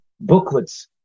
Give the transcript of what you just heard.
booklets